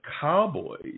Cowboys